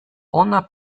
ona